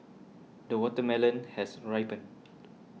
the watermelon has ripened